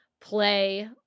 play